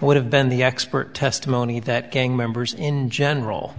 would have been the expert testimony that gang members in general